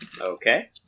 Okay